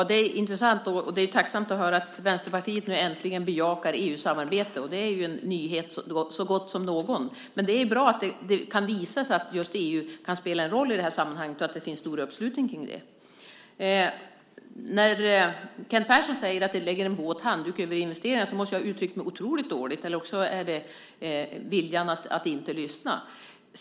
Herr talman! Det är intressant att höra att Vänsterpartiet äntligen bejakar EU-samarbete. Det är en nyhet så god som någon. Det är bra att det visar sig att EU kan spela en roll i det här sammanhanget och att det finns en stor uppslutning kring det. Kent Persson säger att vi lägger en våt handduk över investeringarna. Jag måste ha uttryckt mig otroligt dåligt eller också vill han inte lyssna.